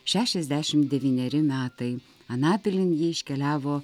šešiasdešimt devyneri metai anapilin ji iškeliavo